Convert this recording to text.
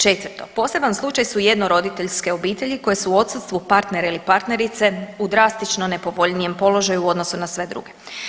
Četvrto, poseban slučaj su jednoroditeljske obitelji koje su u odsustvu partnera ili partnerice u drastično nepovoljnijem položaju u odnosu na sve druge.